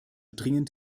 dringend